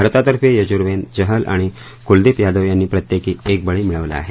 भारतातर्फे यूजवेद्र चहल आणि कुलदीप यादव यांनी प्रत्येकी एक बळी मिळवला आहे